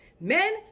Men